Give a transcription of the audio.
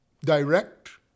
direct